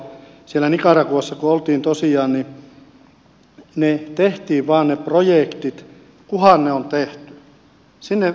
siellä nicaraguassa kun oltiin tosiaan niin tehtiin vain ne projektit että kunhan ne on tehty